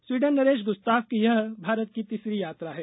Sweden नरेश Gustaf की यह भारत की तीसरी यात्रा है